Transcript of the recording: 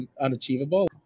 unachievable